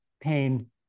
pain